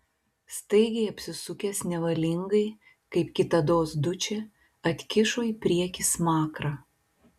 staigiai apsisukęs nevalingai kaip kitados dučė atkišo į priekį smakrą